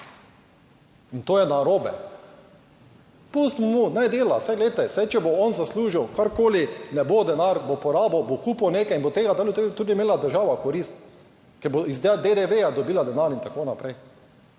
in to je narobe. Pustimo mu naj dela, saj, glejte, saj, če bo on zaslužil karkoli, ne bo, denar bo porabil, bo kupil nekaj in bo tega tudi imela država v korist, ker bo iz DDV ja dobila denar in tako naprej.